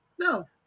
No